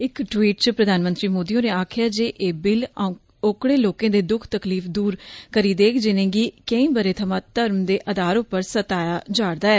इक टवीट् च प्रधानमंत्री मोदी होरें आखेआ ऐ जे एह् बिल ओकड़े लोकें दे द्ख तकलीफ दूर करी देग जिनें'गी केई ब'रे थमां धर्म दे आधार उप्पर सताया जा'रदा ऐ